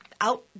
out